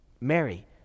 Mary